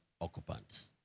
occupants